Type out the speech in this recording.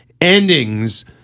endings